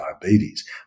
diabetes